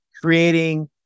creating